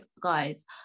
guys